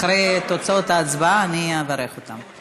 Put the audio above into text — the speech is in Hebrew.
אחרי תוצאות ההצבעה אני אברך אותם.